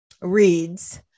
reads